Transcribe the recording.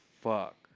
Fuck